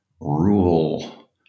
rule